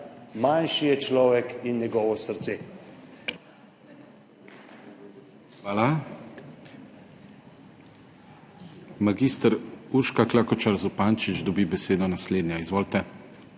manjši je človek in njegovo srce.